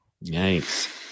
Nice